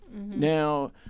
Now